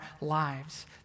lives